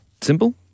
Simple